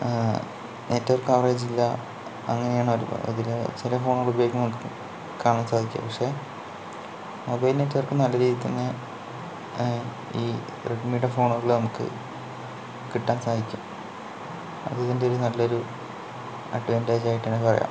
network coverage ഇല്ല അങ്ങനെയാണ് ഇതിൽ ചില ഫോൺ ഉപയോഗിക്കുമ്പോൾ നമുക്ക് കാണാൻ സാധിക്കും പക്ഷേ മൊബൈൽ നെറ്റ്വർക്ക് നല്ല രീതിയിൽ തന്നെ ഈ റെഡ്മിയുടെ ഫോണുകളിൽ നമുക്ക് കിട്ടാൻ സാധിക്കും അത് ഇതിൻ്റെ നല്ല ഒരു അഡ്വാൻറ്റേജ് ആയിട്ട് തന്നെ പറയാം